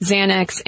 Xanax